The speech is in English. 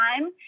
time